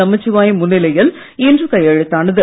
நமச்சிவாயம் முன்னிலையில் இன்று கையெழுத்தானது